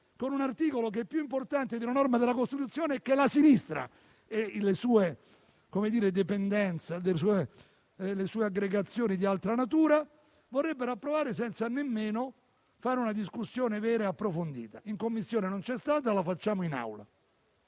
con un articolo che è più importante di una norma della Costituzione che la sinistra, le sue *dépendance* e aggregazioni di altra natura vorrebbero approvare senza nemmeno fare una discussione vera e approfondita. In Commissione non c'è stata e la facciamo in Aula.